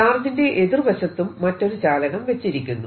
ചാർജിന്റെ എതിർ വശത്തും മറ്റൊരു ചാലകം വെച്ചിരിക്കുന്നു